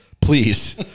Please